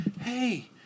hey